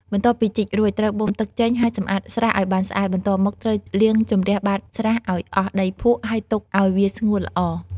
បន្ទាប់ពីជីករួច ត្រូវបូមទឹកចេញ ហើយសម្អាតស្រះឲ្យបានស្អាត បន្ទាប់មកត្រូវលាងជម្រះបាតស្រះឲ្យអស់ដីភក់ ហើយទុកឲ្យវាស្ងួតល្អ។